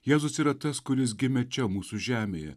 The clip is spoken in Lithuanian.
jėzus yra tas kuris gimė čia mūsų žemėje